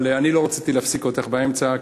אבל אני לא רציתי להפסיק אותך באמצע,